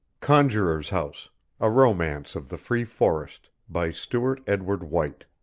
conjuror's house a romance of the free forest by stewart edward white